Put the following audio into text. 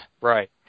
right